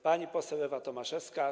Pani poseł Ewa Tomaszewska.